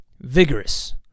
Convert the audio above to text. vigorous